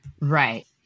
Right